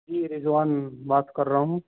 جی رضوان بات کر رہا ہوں